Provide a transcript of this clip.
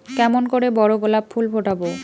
কেমন করে বড় গোলাপ ফুল ফোটাব?